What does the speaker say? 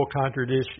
contradiction